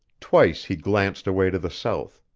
twice he glanced away to the south.